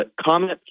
comment